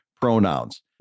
pronouns